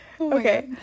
Okay